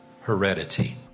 heredity